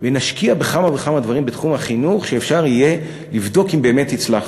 ונשקיע בכמה וכמה דברים בתחום החינוך שאפשר יהיה לבדוק אם באמת הצלחנו.